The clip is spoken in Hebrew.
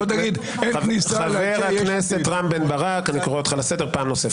אם אתם לא מוכנים לתת לי לדבר בוועדה אני אקרא אתכם לסדר.